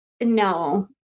no